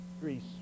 Greece